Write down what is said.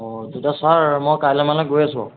অঁ তেতিয়া ছাৰ মই কাইলৈ মানে গৈ আছোঁ